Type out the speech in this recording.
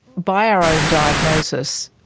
by our own diagnosis,